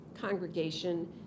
congregation